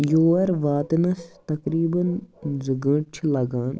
یور واتنَس تقریٖبَن زٕ گانٛٹہٕ چھِ لَگان